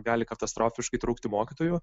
gali katastrofiškai trūkti mokytojų